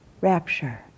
rapture